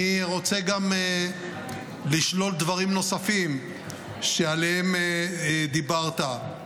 אני רוצה גם לשלול דברים נוספים שעליהם דיברת.